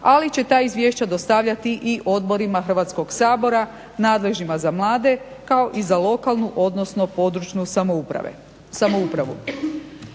ali će ta izvješća dostavljati i odborima Hrvatskog sabora nadležnima za mlade kao i za lokalnu, odnosno područnu samoupravu.